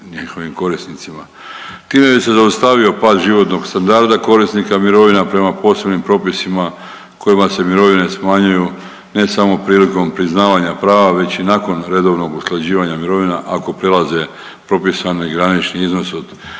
Time bih se zaustavio pad životnog standarda korisnika mirovina prema posebnim propisima kojima se mirovine smanjuju ne samo prilikom priznavanja prava već i nakon redovnog usklađivanja mirovina ako prelaze propisani granični iznos od